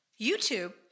YouTube